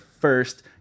first